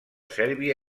sèrbia